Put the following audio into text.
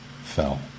fell